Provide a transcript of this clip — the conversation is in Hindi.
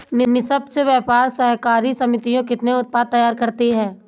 निष्पक्ष व्यापार सहकारी समितियां कितने उत्पाद तैयार करती हैं?